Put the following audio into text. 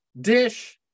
Dish